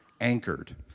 anchored